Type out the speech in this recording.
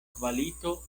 kvalito